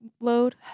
load